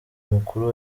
mukuru